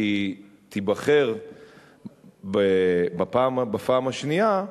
היא תיבחר בפעם השנייה,